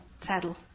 saddle